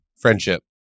friendship